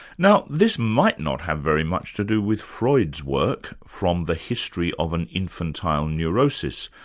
now this might not have very much to do with freud's work from the history of an infantile neurosis,